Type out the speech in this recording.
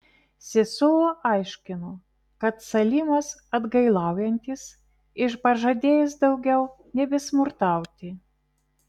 sesuo aiškino kad salimas atgailaujantis ir pažadėjęs daugiau nebesmurtauti